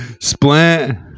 Splint